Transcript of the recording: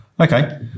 Okay